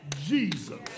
Jesus